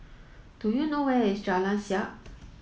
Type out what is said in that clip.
do you know where is Jalan Siap